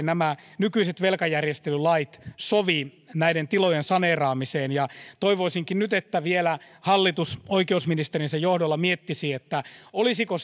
nämä nykyiset velkajärjestelylait eivät oikein sovi näiden tilojen saneeraamiseen ja toivoisinkin nyt että vielä hallitus oikeusministerinsä johdolla miettisi olisiko